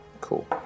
cool